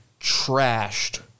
trashed